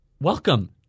Welcome